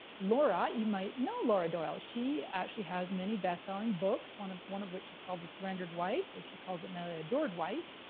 laura, you might know laura doyle. she actually has many best-selling books. one of one of which is called the surrendered wife, which she calls it and the adored wife.